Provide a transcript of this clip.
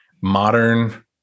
modern